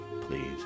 please